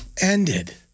ended